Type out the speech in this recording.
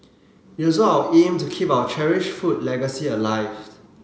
it is also our aim to keep our cherished food legacy alive